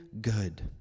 good